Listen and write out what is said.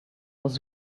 was